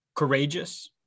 courageous